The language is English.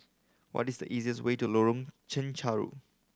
what is the easiest way to Lorong Chencharu